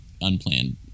unplanned